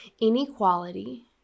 inequality